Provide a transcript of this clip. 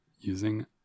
using